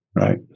Right